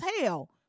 hell